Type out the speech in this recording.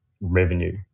revenue